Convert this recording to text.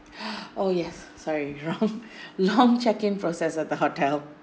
!huh! oh yes sorry wrong long check in process at the hotel